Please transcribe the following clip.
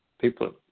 people